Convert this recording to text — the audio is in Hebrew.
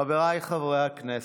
חבריי חברי הכנסת,